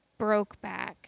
Brokeback